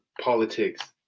politics